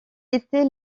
était